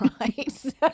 right